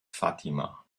fatima